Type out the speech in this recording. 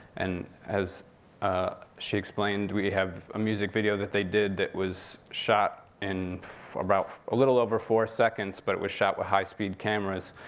and as ah she explained, we have a music video that they did that was shot in about a little over four seconds, but was shot with high-speed cameras,